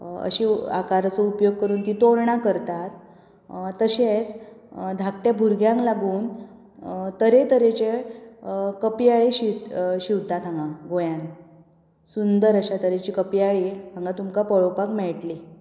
अशे आकाराचो उपयोग करून तीं तोरणां करतात तशेंच धाकटे भुरग्यांक लागून तरे तरेचे कपयाळीं शिंव शिंवतात हांगा गोंयान सुंदर अशा तरेचीं कपयाळीं हांगा तुमकां पळोवपाक मेळटली